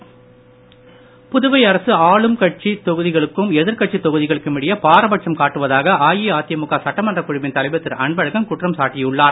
அன்பழகன் புதுவை அரசு ஆளும் கட்சி தொகுதிகளுக்கும் எதிர்கட்சி தொகுதிகளுக்கும் இடையே பாரபட்சம் காட்டுவதாக அஇஅதிமுக சட்டமன்ற குழுவின் தலைவர் திரு அன்பழகன் குற்றம் சாட்டியுள்ளார்